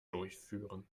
durchführen